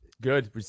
good